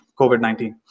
COVID-19